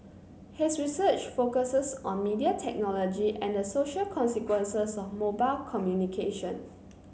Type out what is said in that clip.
his research focuses on media technology and the social consequences of mobile communication